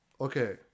Okay